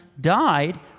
died